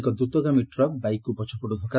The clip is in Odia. ଏକ ଦ୍ରତଗାମୀ ଟ୍ରକ ବାଇକକୁ ପଛପଟୁ ଧକୁ